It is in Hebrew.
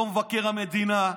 לא את מבקר המדינה,